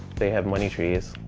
they have money trees.